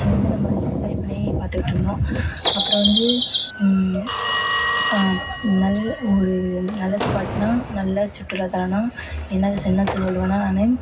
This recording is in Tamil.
அதை வந்து நம்ம என்ஜாய் பண்ணி பார்த்துட்ருந்தோம் அப்புறம் வந்து நல் ஒரு நல்ல ஸ்பாட்னா நல்ல சுற்றுலாத்தலம்னா என்ன என்ன சொல்லுவேன்னா நான்